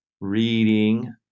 reading